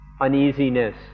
uneasiness